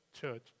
church